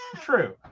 true